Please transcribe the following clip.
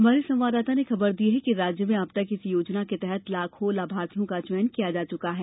हमारे संवाददाता ने खबर दी है कि राज्य में अब तक इस योजना के तहत लाखों लाभार्थियों का चयन किया जा चुका है